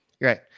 Right